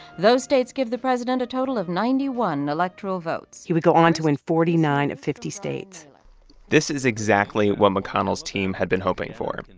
those states give the president a total of ninety one electoral votes he would go on to win forty nine of fifty states this is exactly what mcconnell's team had been hoping for.